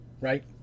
Right